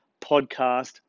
podcast